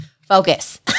focus